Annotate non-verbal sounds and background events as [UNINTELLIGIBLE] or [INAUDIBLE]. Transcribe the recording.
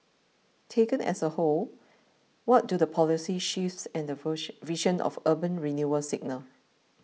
taken as a whole what do the policy shifts and the [UNINTELLIGIBLE] vision of urban renewal signal